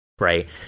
right